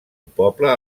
poble